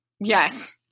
Yes